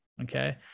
Okay